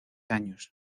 años